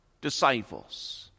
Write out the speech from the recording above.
disciples